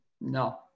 no